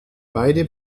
beide